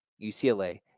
UCLA